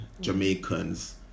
Jamaicans